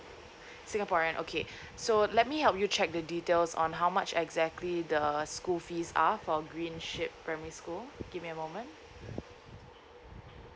singaporean okay so let me help you check the details on how much exactly the school fees are for green ship primary school give me a moment